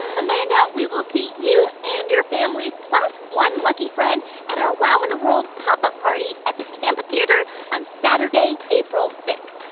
amanda, we will see you and your family plus one lucky friend at our wow in the world pop up party at the tampa theatre on saturday, april six.